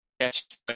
Catch